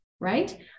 Right